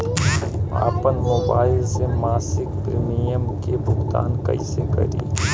आपन मोबाइल से मसिक प्रिमियम के भुगतान कइसे करि?